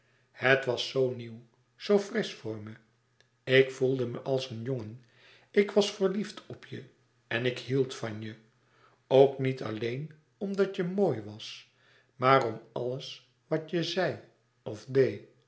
het was zoo nieuw zoo frisch voor me ik voelde me als een jongen ik was verliefd op je en ik hield van je ook niet alleen omdat je mooi was maar om alles wat je zei of